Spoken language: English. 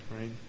right